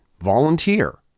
volunteer